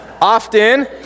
often